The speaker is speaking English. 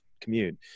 commute